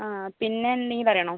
ആ പിന്നെ എന്തെങ്കിലും അറിയണോ